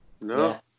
No